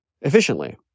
efficiently